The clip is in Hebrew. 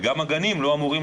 וגם הגנים לא אמורים,